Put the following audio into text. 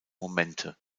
momente